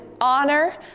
honor